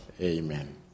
Amen